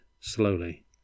slowly